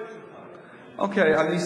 אני מוכן להיות, שלך בעניין הזה.